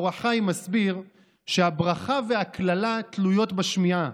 אור החיים הסביר שהברכה והקללה תלויות בשמיעה.